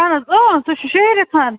اَہَن حظ سُہ چھُ شیٖرِتھ